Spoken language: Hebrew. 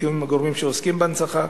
בתיאום עם הגורמים שעוסקים בהנצחה,